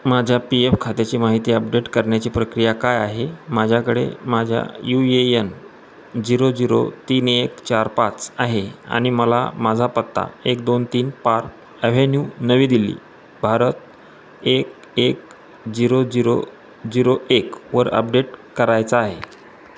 माझ्या P F खात्याची माहिती अपडेट करण्याची प्रक्रिया काय आहे माझ्याकडे माझ्या U A N zero zero तीन एक चार पाच आहे आणि मला माझा पत्ता एक दोन तीन पार्क ॲव्हेन्यू नवी दिल्ली भारत एक एक झिरो जिरो झिरो एकवर अपडेट करायचा आहे